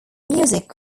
music